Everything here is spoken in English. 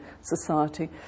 society